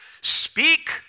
Speak